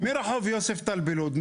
מרחוב יוספטל בלוד,